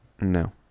no